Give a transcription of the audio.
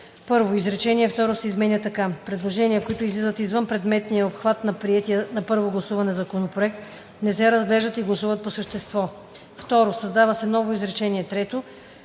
1. Изречение второ се изменя така: „Предложения, които излизат извън предметния обхват на приетия на първо гласуване законопроект, не се разглеждат и гласуват по същество“. 2. Създава се ново изречение трето: